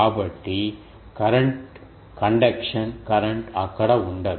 కాబట్టి conduction current అక్కడ ఉండదు